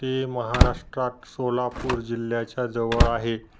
ते महाराष्ट्रात सोलापूर जिल्ह्याच्या जवळ आहे